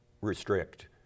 restrict